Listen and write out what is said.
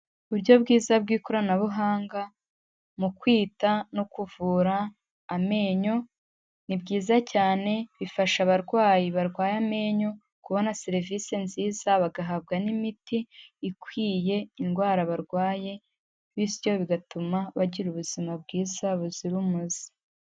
Uburyo bwiza bw'ikoranabuhanga mu kwita no kuvura amenyo, ni byiza cyane bifasha abarwayi barwaye amenyo kubona serivisi nziza bagahabwa n'imiti ikwiye indwara barwaye, bityo bigatuma bagira ubuzima bwiza buzira umuze.